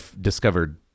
discovered